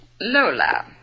Lola